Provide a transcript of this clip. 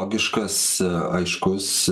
logiškas aiškus